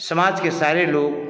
समाज के सारे लोग